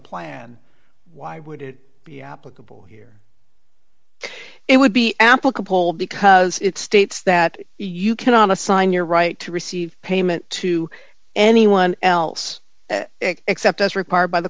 plan why would it be applicable here it would be applicable because it states that you cannot assign your right to receive payment to anyone else except as required by the